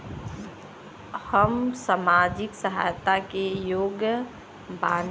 हम सामाजिक सहायता के योग्य बानी?